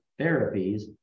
therapies